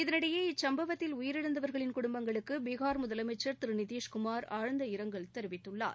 இதனிடையே இச்சம்பவத்தில் உயிரிழந்தவர்களின் குடும்பங்களுக்கு பீகார் முதலமைச்சர் திரு நிதிஷ்குமார் ஆழ்ந்த இரங்கல் தெரிவித்துள்ளார்